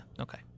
okay